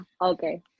Okay